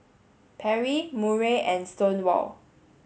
Perry Murray and Stonewall